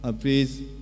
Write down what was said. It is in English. please